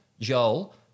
Joel